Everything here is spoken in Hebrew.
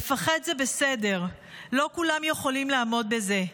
לפחד זה בסדר, לא כולם יכולים לעמוד בזה.